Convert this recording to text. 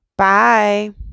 Bye